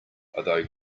although